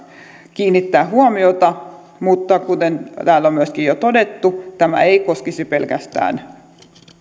kiinnittää huomiota mutta kuten täällä myöskin on jo todettu tämä ei koskisi pelkästään